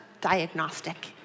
diagnostic